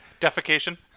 Defecation